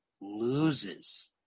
loses